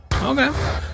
Okay